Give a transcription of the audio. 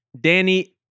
Danny